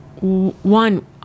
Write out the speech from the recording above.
one